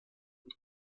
und